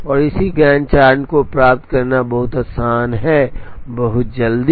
और इसी Gantt chart को प्राप्त करना बहुत आसान है बहुत जल्दी